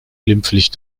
glimpflich